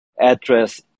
address